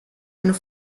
and